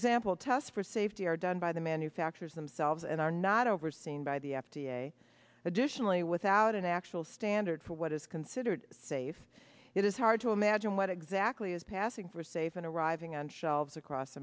example tests for safety are done by the manufacturers themselves and are not overseen by the f d a additionally without an actual standard for what is considered safe it is hard to imagine what exactly is passing for safe and arriving on shelves across